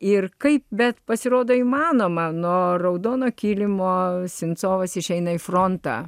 ir kaip bet pasirodo įmanoma nuo raudono kilimo sinsovas išeina į frontą